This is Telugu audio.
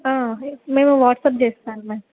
మేము వాట్సాప్ చేస్తామమ్మ